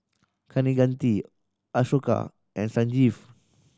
Kaneganti Ashoka and Sanjeev